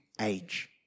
age